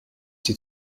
die